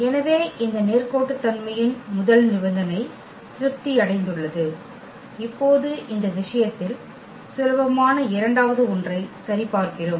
எனவே இந்த நேர்கோட்டுத்தன்மையின் முதல் நிபந்தனை திருப்தி அடைந்துள்ளது இப்போது இந்த விஷயத்தில் சுலபமான இரண்டாவது ஒன்றை சரிபார்க்கிறோம்